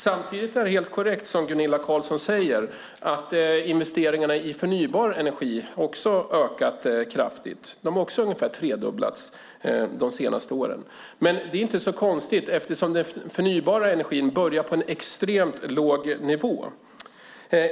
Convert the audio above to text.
Samtidigt är det helt korrekt som Gunilla Carlsson säger att investeringarna i förnybar energi också har ökat kraftigt. De har också ungefär tredubblats de senaste åren. Men det är inte så konstigt eftersom den förnybara energin börjar på en extremt låg nivå.